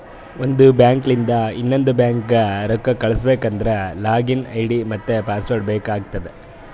ಒಂದ್ ಬ್ಯಾಂಕ್ಲಿಂದ್ ಇನ್ನೊಂದು ಬ್ಯಾಂಕ್ಗ ರೊಕ್ಕಾ ಕಳುಸ್ಬೇಕ್ ಅಂದ್ರ ಲಾಗಿನ್ ಐ.ಡಿ ಮತ್ತ ಪಾಸ್ವರ್ಡ್ ಬೇಕ್ ಆತ್ತುದ್